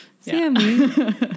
Sammy